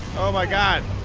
oh my god